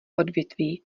odvětví